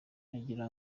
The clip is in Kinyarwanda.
nagira